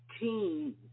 team